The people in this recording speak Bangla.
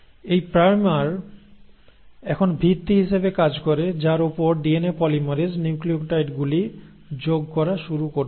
এই প্রাইমার এখন ভিত্তি হিসাবে কাজ করে যার উপর ডিএনএ পলিমারেজ নিউক্লিওটাইডগুলি যোগ করা শুরু করতে পারে